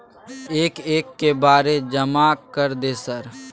एक एक के बारे जमा कर दे सर?